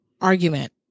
argument